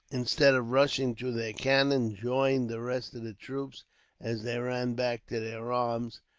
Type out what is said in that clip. instead of rushing to their cannon, joined the rest of the troops as they ran back to their arms,